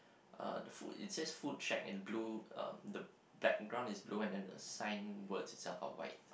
uh the foot it says foot track and blue um the background is blue and then the sign words itself are white